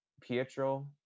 Pietro